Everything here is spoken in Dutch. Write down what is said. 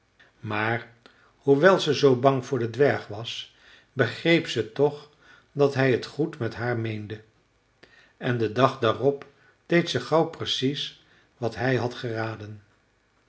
maar hoewel ze zoo bang voor den dwerg was begreep ze toch dat hij het goed met haar meende en den dag daarop deed ze gauw precies wat hij had geraden